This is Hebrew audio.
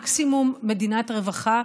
מקסימום מדינת רווחה,